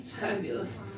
Fabulous